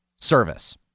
service